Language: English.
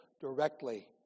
directly